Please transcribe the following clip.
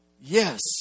Yes